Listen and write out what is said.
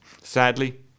Sadly